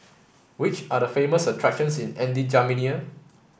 which are the famous attractions in N'Djamena